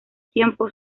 tiempo